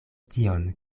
tion